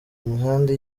imihanda